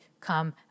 come